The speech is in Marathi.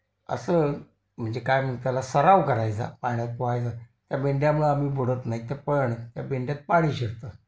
असं म्हणजे काय म्हणू त्याला सराव करायचा पाण्यात पोहायचा त्या बिंड्यामुळं आम्ही बुडत नाहीत तरी पण त्या बिंड्यात पाणी शिरतं